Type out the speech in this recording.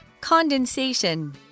Condensation